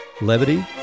levity